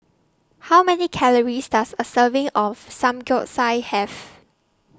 How Many Calories Does A Serving of Samgyeopsal Have